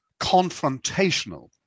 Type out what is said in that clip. confrontational